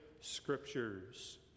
scriptures